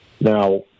Now